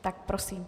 Tak, prosím.